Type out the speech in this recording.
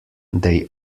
they